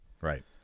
Right